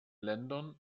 ländern